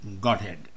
Godhead